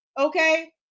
Okay